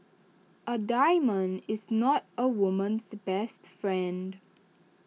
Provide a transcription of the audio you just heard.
A diamond is not A woman's best friend